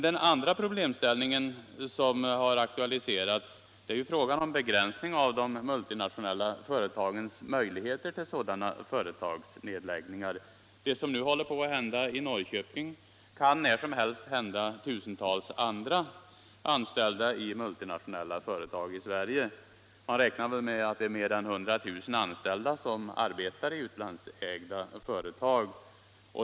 Den andra problemställningen som har aktualiserats gäller begränsning av de multinationella företagens möjligheter till företagsnedläggningar. Det som nu håller på att hända de anställda i Norrköping kan när som helst hända tusentals andra anställda i multinationella företag i Sverige. Man räknar med att det är mer än 100 000 anställda som arbetar i utlandsägda företag.